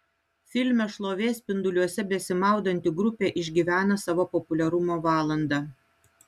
filme šlovės spinduliuose besimaudanti grupė išgyvena savo populiarumo valandą